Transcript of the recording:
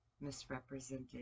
misrepresented